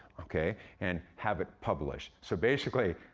okay, and have it published. so basically,